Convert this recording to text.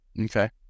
Okay